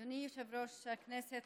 אדוני יושב-ראש הכנסת,